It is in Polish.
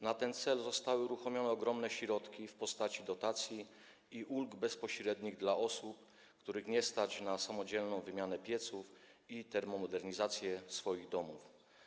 Na ten cel zostały uruchomione ogromne środki w postaci dotacji i ulg bezpośrednich dla osób, których nie stać na samodzielną wymianę pieców i termomodernizację swoich domów.